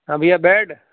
ہاں بھیا بیڈ